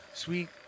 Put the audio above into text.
Sweet